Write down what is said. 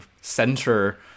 center